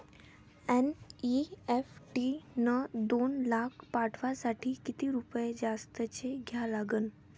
NEFT न दोन लाख पाठवासाठी किती रुपये जास्तचे द्या लागन?